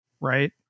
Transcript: Right